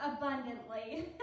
abundantly